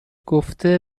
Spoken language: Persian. گفته